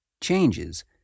changes